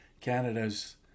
Canada's